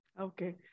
Okay